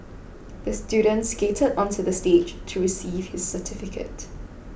the student skated onto the stage to receive his certificate